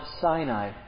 Sinai